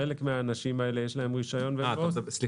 לחלק מן האנשים האלה יש רישיון --- סליחה,